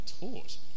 taught